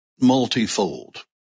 multifold